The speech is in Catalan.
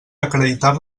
acreditar